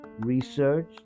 research